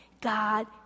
God